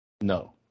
No